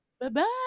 Bye-bye